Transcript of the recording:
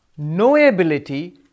Knowability